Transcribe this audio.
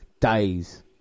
days